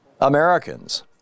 Americans